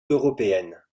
européenne